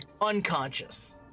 unconscious